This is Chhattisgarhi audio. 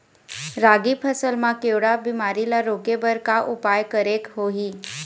रागी फसल मा केवड़ा बीमारी ला रोके बर का उपाय करेक होही?